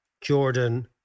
Jordan